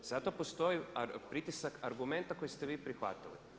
Zato postoji pritisak argumenta koji ste vi prihvatili.